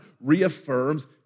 reaffirms